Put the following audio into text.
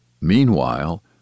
meanwhile